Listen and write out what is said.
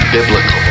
Biblical